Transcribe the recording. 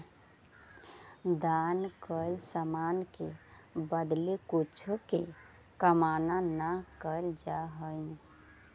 दान कैल समान के बदले कुछो के कामना न कैल जा हई